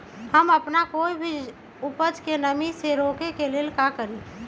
हम अपना कोई भी उपज के नमी से रोके के ले का करी?